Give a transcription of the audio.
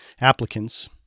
applicants